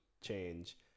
change